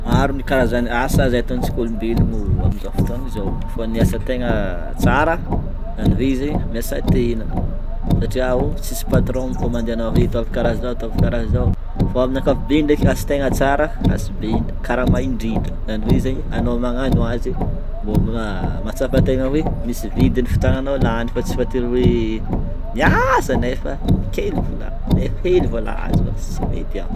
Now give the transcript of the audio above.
Maro ny karazana asa izay atontsika olombelogno amizao fotona izao fa ny asa tegna tsara zegny hoe zegny miasa tegna satria o tsisy patron mikomandy anao hoe ataovy karahan'zao ataovy karahan'zao fa amin'ny ankapobeny ndraiky asa tegna tsara asa be karama indrindra zany hoe zegny anao magnano azy mbô matsapa tegna hoe misy vidiny fotoagnanao lany fa tsy voatery hoe miasa nefa kely vola le hely vola azo tsy mety a.